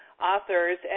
Authors